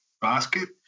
basket